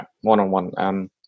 one-on-one